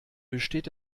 besteht